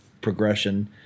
progression